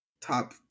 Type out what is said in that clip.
Top